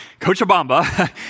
Cochabamba